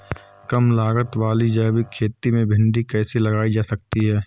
कम लागत वाली जैविक खेती में भिंडी कैसे लगाई जा सकती है?